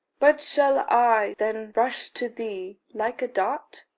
but shall i then rush to thee like a dart?